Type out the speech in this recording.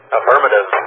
Affirmative